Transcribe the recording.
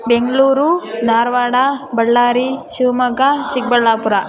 Bengaluru Dharwad Ballari Shivamogga Chikkaballapur